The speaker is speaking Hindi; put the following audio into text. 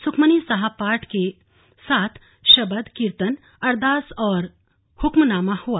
सुखमनी साहिब पाठ के साथ शबद कीर्तन अरदास और हुक्मनामा हुआ